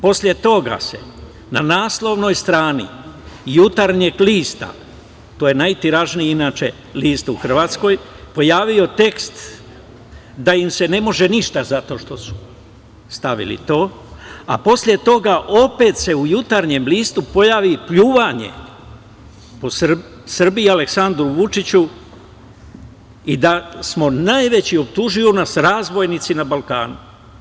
Posle toga se na naslovnoj strani jutarnjeg lista, to je najtiražniji inače list u Hrvatskoj, pojavio tekst da im se ne može ništa zato što su stavili to, a posle toga opet se u jutarnjem listu pojavi pljuvanje po Srbiji, Aleksandru Vučiću i da smo najveći, optužuju nas, razbojnici na Balkanu.